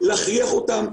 ולהכריח אותם,